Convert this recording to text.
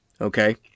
okay